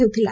ହେଉଥିଲା